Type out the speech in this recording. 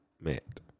met